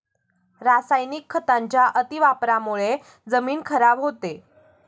रासायनिक खतांच्या अतिवापरामुळे जमीन खराब होते